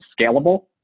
scalable